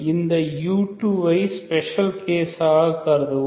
இந்த u2 ஐ special கேஸாக கருதுவோம்